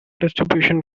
distribution